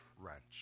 wrench